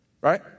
Right